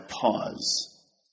pause